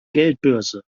geldbörse